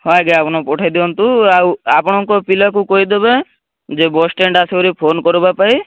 ହଁ ଆଜ୍ଞା ଆପଣ ପଠେଇ ଦିଅନ୍ତୁ ଆଉ ଆପଣଙ୍କ ପିଲାକୁ କହିଦେବେ ଯେ ବସ୍ଷ୍ଟାଣ୍ଡ ଆସିକରି ଫୋନ୍ କରିବାପାଇଁ